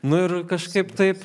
nu ir kažkaip taip